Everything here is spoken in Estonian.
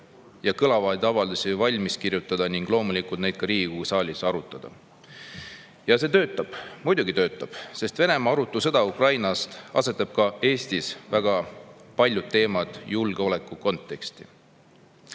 ja kõlavaid avaldusi kirjutada ning loomulikult neid ka Riigikogu saalis arutada. Ja see töötab! Muidugi töötab, sest Venemaa arutu sõda Ukrainas asetab ka Eestis väga paljud teemad julgeolekukonteksti. Aga